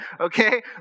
Okay